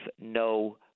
no